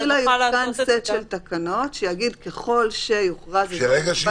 זאת אומרת שמלכתחילה יותקן סט של תקנות שיגיד: ככל שיוכרז אזור